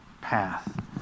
path